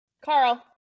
Carl